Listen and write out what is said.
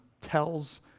tells